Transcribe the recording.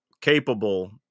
capable